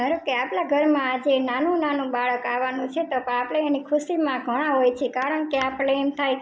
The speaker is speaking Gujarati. ધારોકે આપણા ઘરમાં આજે નાનું નાનું બાળક આવવાનું છે તો તો આપણે એની ખુશીમાં ઘણા હોઈએ છીએ કારણ કે આપણે એમ થાય